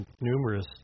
numerous